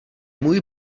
můj